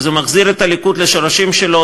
וזה מחזיר את הליכוד לשורשים שלו.